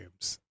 games